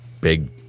big –